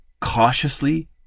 cautiously